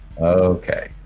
Okay